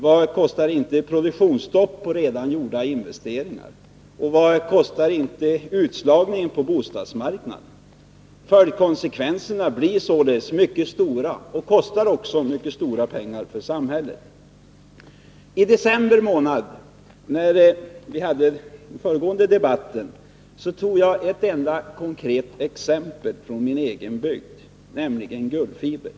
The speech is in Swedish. Vad kostar inte produktionsstopp i redan gjorda investeringar? Vad kostar inte utslagningen på bostadsmarknaden? Konsekvenserna blir således mycket stora och kostar också mycket pengar för samhället. I december månad, när vi hade den föregående debatten, tog jag ett enda konkret exempel från min egen bygd, nämligen Gullfiber.